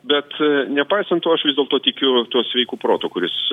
bet nepaisant to aš vis dėlto tikiu tuo sveiku protu kuris